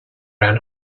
ran